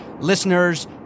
listeners